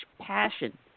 passion